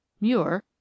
Muir